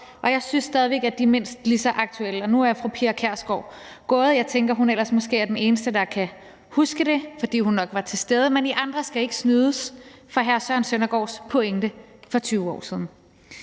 og jeg synes, at de er mindst lige så aktuelle nu. Nu er fru Pia Kjærsgaard gået, men jeg tænker, at hun måske ellers er den eneste, der kan huske det, fordi hun nok var til stede, men I andre skal ikke snydes for hr. Søren Søndergaards pointe for 20 år siden: